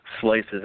Slice's